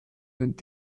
und